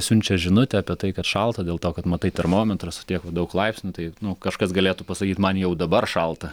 siunčia žinutę apie tai kad šalta dėl to kad matai termometrą su tiek daug laipsnių tai nu kažkas galėtų pasakyt man jau dabar šalta